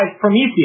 Prometheus